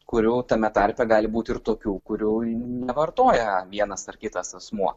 kurių tame tarpe gali būt ir tokių kurių nevartoja vienas ar kitas asmuo